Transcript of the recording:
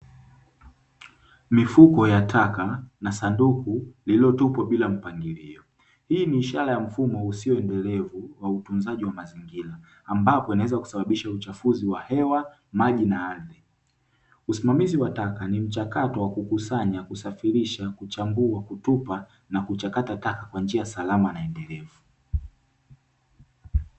Mifuko ya taka na sanduku lililotupwa bila mpangilio, hii ni ishara ya mfumo usioendelevu kwa utunzaji wa mazingira ambapo inaweza kusababisha uchafuzi wa hewa, maji na ardhi. Usimamizi wa taka ni mchakato wa kukusanya, kusafirisha, kuchambua, kutupa na kuchakata taka kwa njia salama anaendelea.